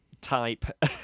type